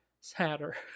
sadder